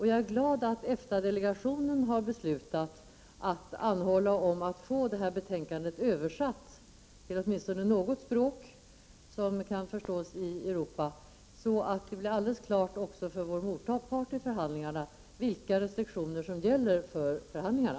Jag är glad att EFTA-delegationen har beslutat att anhålla om att få detta betänkande översatt till åtminstone något språk som kan förstås i Europa, så att det blir alldeles klart också för vår motpart i förhandlingarna vilka restriktioner som gäller för förhandlingarna.